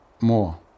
more